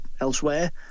elsewhere